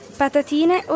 patatine